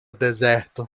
deserto